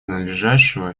надлежащего